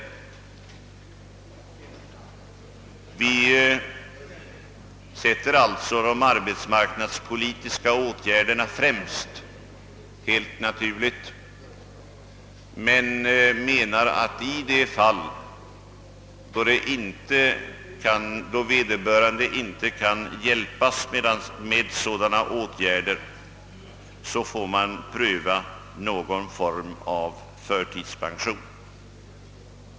Vi sätter alltså de arbetsmarknadspolitiska åtgärderna helt naturligt främst men menar, att man i de fall då vederbörande inte kan hjälpas genom sådana åtgärder får pröva någon form av förtidspension.